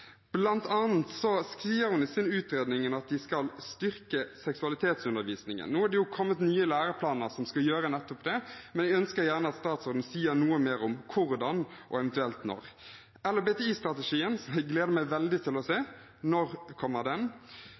hun i sin utredning at de skal styrke seksualundervisning. Nå er det kommet nye læreplaner som skal gjøre nettopp det. Vi ønsker gjerne at statsråden sier noe mer om hvordan og eventuelt når. LHBTi-strategien gleder jeg meg veldig til å se. Når kommer den?